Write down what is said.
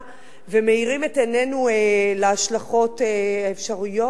ומאירים את עינינו בדבר ההשלכות האפשריות.